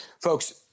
folks